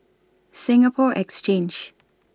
Singapore Exchange